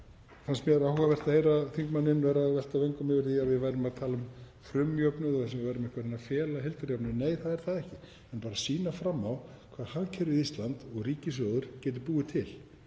Síðan fannst mér áhugavert að heyra þingmanninn vera að velta vöngum yfir því að við værum að tala um frumjöfnuð eins og við værum eitthvað að reyna að fela heildarjöfnuðinn. Nei, það er það ekki, við erum bara að sýna fram á hvað hagkerfið Ísland og ríkissjóður geta búið til.